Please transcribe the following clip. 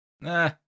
Nah